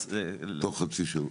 תוך חצי שנה.